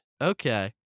Okay